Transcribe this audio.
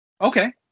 okay